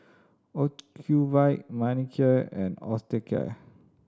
Ocuvite Manicare and Osteocare